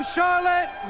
Charlotte